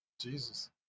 Jesus